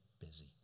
busy